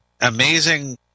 Amazing